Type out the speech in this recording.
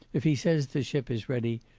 if he says the ship is ready,